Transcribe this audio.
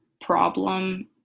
problem